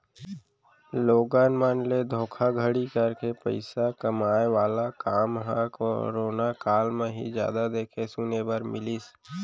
लोगन मन ले धोखाघड़ी करके पइसा कमाए वाला काम ह करोना काल म ही जादा देखे सुने बर मिलिस